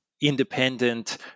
independent